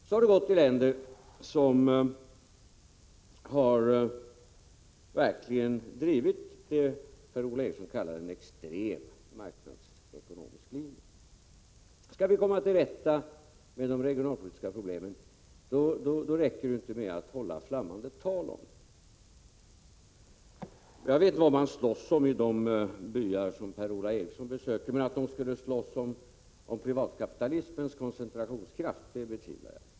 Så har det gått i länder som verkligen har drivit vad Per-Ola Eriksson kallar en extrem marknadsekonomisk linje. Om vi skall komma till rätta med de regionalpolitiska problemen, räcker det inte med att hålla flammande tal om det. Jag vet inte vad man slåss om i de byar som Per-Ola Eriksson besöker, men att man där skulle slåss om privatkapitalismens koncentrationskraft, det betvivlar jag.